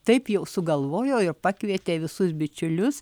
taip jau sugalvojo ir pakvietė visus bičiulius